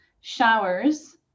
showers